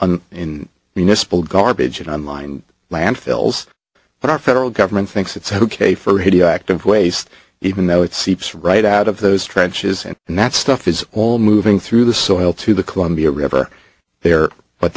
dump in municipal garbage online landfills but our federal government thinks it's ok for hideous act of waste even though it seeps right out of those trenches and and that stuff is all moving through the soil to the columbia river there but